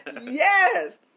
Yes